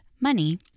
Money